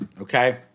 Okay